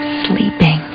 sleeping